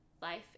Life